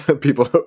people